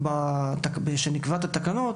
כשנקבע את התקנות